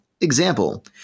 Example